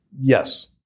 Yes